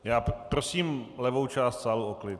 Já prosím levou část sálu o klid.